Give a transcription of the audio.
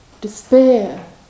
despair